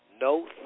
No